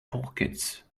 pockets